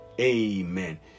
Amen